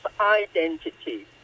identity